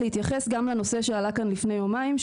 להתייחס גם לנושא שעלה כאן לפני יומיים,